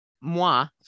moi